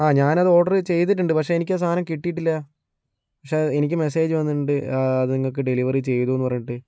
ആ ഞാനത് ഓർഡർ ചെയ്തിട്ടുണ്ട് പക്ഷെ എനിക്ക് ആ സാധനം കിട്ടിയിട്ടില്ല പക്ഷെ എനിക്ക് മെസ്സേജ് വന്നിട്ടുണ്ട് അത് നിങ്ങൾക്ക് ഡെലിവറി ചെയ്തു എന്ന് പറഞ്ഞിട്ട്